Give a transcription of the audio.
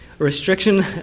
restriction